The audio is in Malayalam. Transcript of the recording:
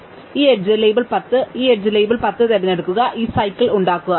അതിനാൽ ഈ എഡ്ജ് ലേബൽ 10 ഈ എഡ്ജ് ലേബൽ 10 തിരഞ്ഞെടുക്കുക ഈ സൈക്കിൾ ഉണ്ടാക്കുക